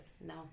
No